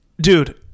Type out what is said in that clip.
dude